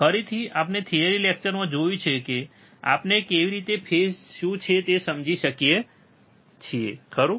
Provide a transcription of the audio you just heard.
ફરીથી આપણે થિયરી લેક્ચરમાં જોયું છે કે આપણે કેવી રીતે ફેજ શું છે તે સમજી શકીએ છીએ ખરું